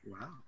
Wow